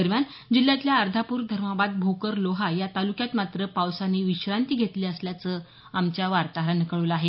दरम्यान जिल्ह्यातल्या अर्धापूर धर्माबाद भोकर लोहा या तालूक्यात मात्र पावसानं विश्रांती घेतली असल्याचं आमच्या वार्ताहरानं कळवलं आहे